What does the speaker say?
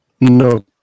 no